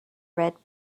red